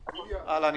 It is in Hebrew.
איליה,